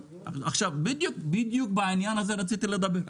בדיוק בעניין הזה רציתי לדבר.